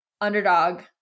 underdog